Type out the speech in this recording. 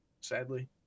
sadly